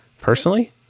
personally